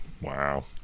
wow